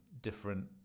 different